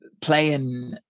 playing